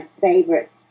favorite